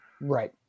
Right